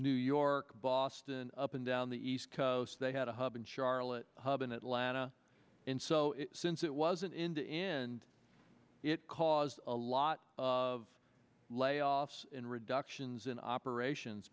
new york boston up and down the east coast they had a hub in charlotte hub in atlanta since it wasn't in the end it caused a lot of layoffs in reductions in operations